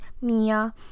Mia